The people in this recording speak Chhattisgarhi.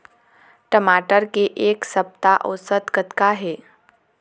टमाटर के एक सप्ता औसत कतका हे?